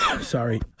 Sorry